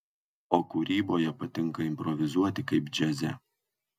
o kūryboje patinka improvizuoti kaip džiaze